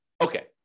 Okay